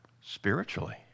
Spiritually